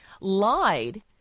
lied